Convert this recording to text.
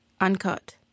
Uncut